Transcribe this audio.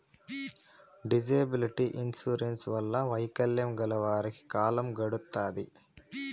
disability insurance వల్ల వైకల్యం గల వారికి కాలం గడుత్తాది